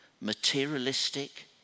materialistic